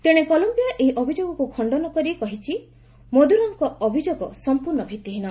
ତେଣେ କଲୟିଆ ଏହି ଅଭିଯୋଗକ୍ର ଖଣ୍ଡନ କରି କହିଛି ମଦୁରୋଙ୍କ ଅଭିଯୋଗ ସଂପ୍ରର୍ଣ୍ଣ ଭିତ୍ତିହୀନ